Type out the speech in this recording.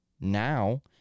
now